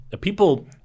people